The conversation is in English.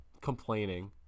complaining